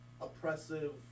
oppressive